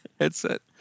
headset